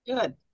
Good